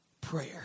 prayer